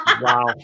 Wow